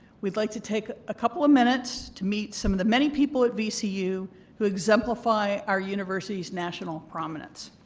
we'd like to take a couple of minutes to meet some of the many people at vcu who exemplify our university's national prominence.